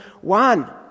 one